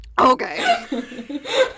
Okay